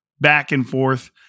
back-and-forth